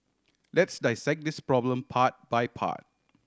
let's dissect this problem part by part